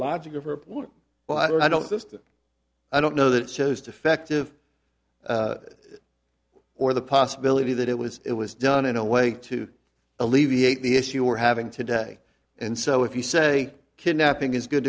her well i don't i don't just i don't know that it shows defective or the possibility that it was it was done in a way to alleviate the issue we're having today and so if you say kidnapping is good